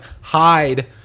hide